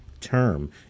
term